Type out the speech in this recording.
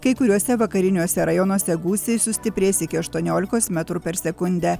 kai kuriuose vakariniuose rajonuose gūsiai sustiprės iki aštuoniolikos metrų per sekundę